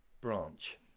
branch